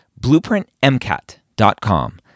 BlueprintMCAT.com